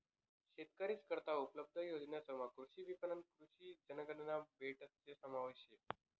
शेतकरीस करता उपलब्ध योजनासमा कृषी विपणन, कृषी जनगणना बजेटना समावेश शे